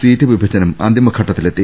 seat വിഭജനം അന്തിമ ഘട്ടത്തി ലെത്തി